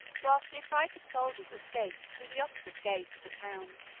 whilst the affrighted soldiers escaped through the opposite gates of the town.